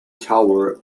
tower